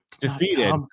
defeated